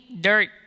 dirt